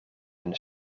hun